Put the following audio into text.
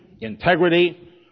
integrity